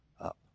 up